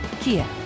Kia